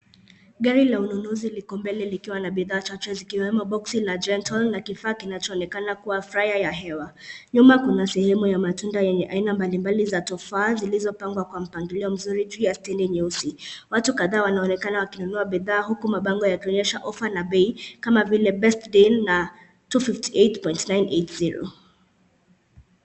Gari la ununuzi liko mbele likiwa na bidhaa chache zikiwemo boksi la Gental na kifaa kinachoonekana kuwa fyer ya hewa. Nyuma kuna sehemu ya matunda yenye aina mbalimbali za tufaha zilizopangwa kwa mpangilio mzuri, juu ya stendi nyeusi. Watu kadha wanaonekana wakinunua bidhaa, huku mabango yakionyesha ofa na bei kama vile best deal na two fifty eight point nine eight zero .